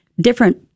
different